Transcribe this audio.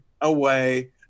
away